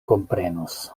komprenos